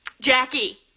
Jackie